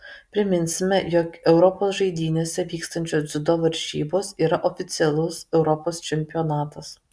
priminsime jog europos žaidynėse vykstančios dziudo varžybos yra oficialus europos čempionatas